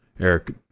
Eric